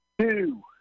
two